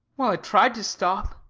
well i tried to stop,